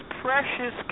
precious